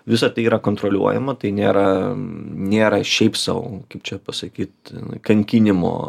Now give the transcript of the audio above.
visa tai yra kontroliuojama tai nėra nėra šiaip sau kaip čia pasakyt kankinimo